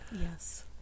Yes